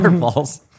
waterfalls